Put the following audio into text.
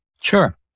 Sure